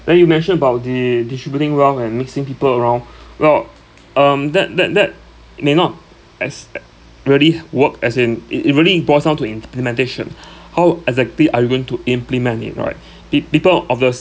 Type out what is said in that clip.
then you mentioned about the distributing wrong and mixing people around well um that that that may not as uh really work as in it it really boils down to implementation how exactly are you going to implement it right peo~ people of your